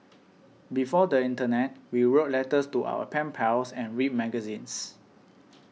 before the internet we wrote letters to our pen pals and read magazines